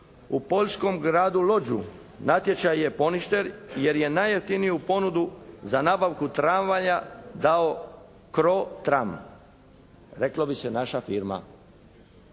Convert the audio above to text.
U poljskom gradu Lodgu natječaj je poništen jer je najjeftiniju ponudu za nabavku tramvaja dao Cro tram. Reklo bi se naša firma.